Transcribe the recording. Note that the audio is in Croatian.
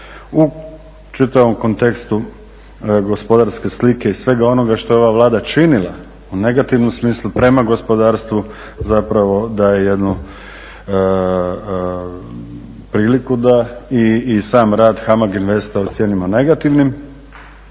u čitavom kontekstu gospodarske slike i svega onoga što je ova Vlada činila u negativnom smislu prema gospodarstvu zapravo daje jednu priliku da i sam rad HAMAG INVESTA ocijenimo negativnim